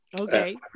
Okay